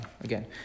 Again